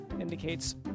indicates